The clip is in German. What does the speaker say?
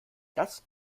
das